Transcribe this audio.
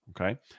okay